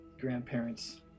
Grandparents